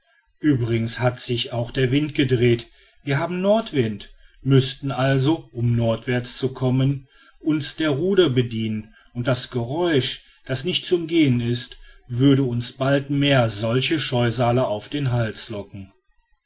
übrigens hat sich auch der wind gedreht wir haben nordwind müßten also um nordwärts zu kommen uns der ruder bedienen und das geräusch das nicht zu umgehen ist würde uns bald mehr solche scheusale auf den hals locken